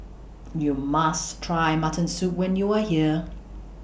YOU must Try Mutton Soup when YOU Are here